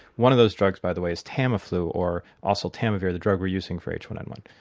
one of those drugs, by the way, is tamiflu or also tamivir, the drug we're using for h one n one.